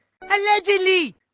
Allegedly